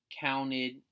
counted